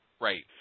Right